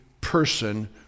person